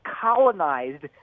colonized